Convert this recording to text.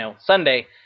Sunday